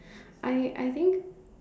I I think